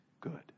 good